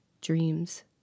dreams